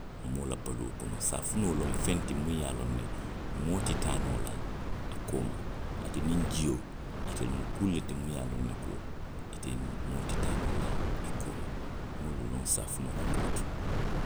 Moo la baluo kono, saafinoo loŋ feŋ ti muŋ ye a loŋ ne ko moo ti taa noo la a koo ma. Ate niŋ jio, itelu mu kuu lelu ti muŋ ye a loŋ ne ko, ite, moo ti taa noo la i kooma. Nŋa wo le loŋ saafinoo la kuo to.